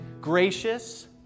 gracious